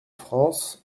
france